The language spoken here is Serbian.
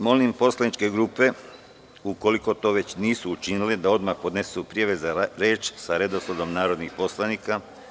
Molim poslaničke grupe, ukoliko to već nisu učinile, da odmah podnesu prijave za reč sa redosledom narodnih poslanika.